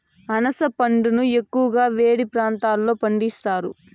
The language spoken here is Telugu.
అనాస పండును ఎక్కువగా వేడి ప్రాంతాలలో పండిస్తారు